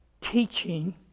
teaching